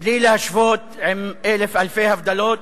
בלי להשוות, עם אלף אלפי הבדלות,